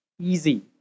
easy